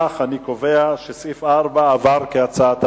אם כך, אני קובע שסעיף 4 עבר, כהצעת הוועדה.